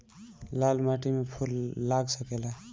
लाल माटी में फूल लाग सकेला?